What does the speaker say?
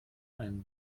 einen